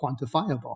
quantifiable